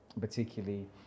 particularly